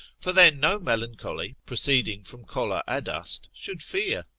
for then no melancholy, proceeding from choler adust, should fear.